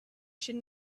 should